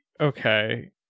Okay